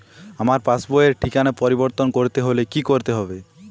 আমার পাসবই র ঠিকানা পরিবর্তন করতে হলে কী করতে হবে?